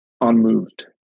unmoved